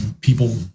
people